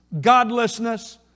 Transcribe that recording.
godlessness